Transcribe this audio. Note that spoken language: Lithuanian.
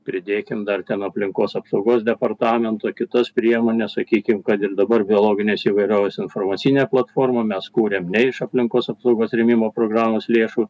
pridėkime dar ten aplinkos apsaugos departamento kitos priemonės sakykime kad dabar biologinės įvairovės informacinę platformą mes kūrėme ne iš aplinkos apsaugos rėmimo programos lėšų